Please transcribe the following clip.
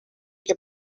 que